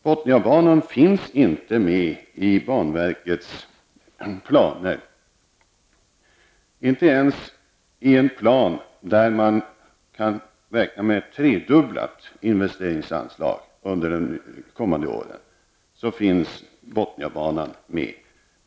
Botniabanan finns inte med i banverkets planer. Inte ens i en plan där man kan räkna med ett tredubblat investeringsanslag under de kommande åren finns Botniabanan med.